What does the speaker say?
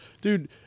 Dude